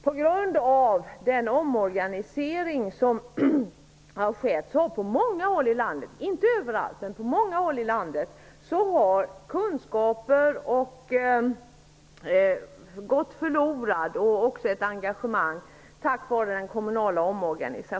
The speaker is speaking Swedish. På grund av den kommunala omorganisationen har kunskaper på många håll i landet gått förlorade, likaså engagemanget.